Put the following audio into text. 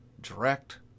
direct